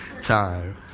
time